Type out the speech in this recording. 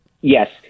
Yes